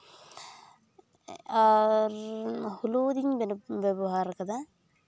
ᱟᱨ ᱦᱚᱞᱩᱫᱤᱧ ᱵᱮᱵᱚᱦᱟᱨ ᱠᱟᱫᱟ